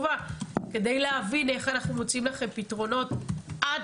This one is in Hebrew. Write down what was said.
כדי להבין איך אנחנו מוצאים לכם פתרונות עד